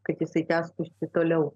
kad jisai tęstųsi toliau